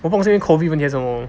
我不懂是 COVID 的问题还是什么